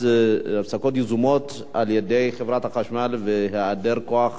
הפסקות חשמל יזומות על-ידי חברת החשמל והיעדר כוח